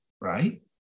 right